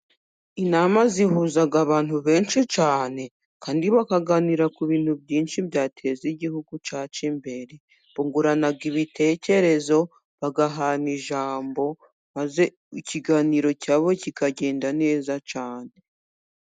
Inama zihuza abantu benshi cyane kandi bakaganira ku bintu byinshi byateza igihugu cyacu imbere, bungurana ibitekerezo bagahana ijambo maze ikiganiro cyabo kikagenda neza cyane.